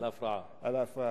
על ההפרעה, על ההפרעה.